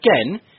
again